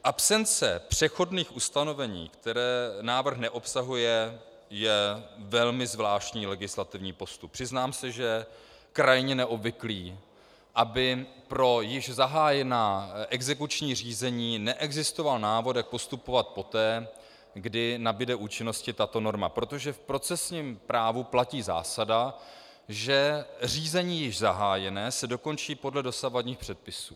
Absence přechodných ustanovení, která návrh neobsahuje, je velmi zvláštní legislativní postup, přiznám se, krajně neobvyklý, aby pro již zahájená exekuční řízení neexistoval návod, jak postupovat poté, kdy nabude účinnosti tato norma, protože v procesním právu platí zásada, že řízení již zahájené se dokončí podle dosavadních předpisů.